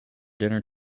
dinner